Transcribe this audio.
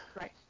Right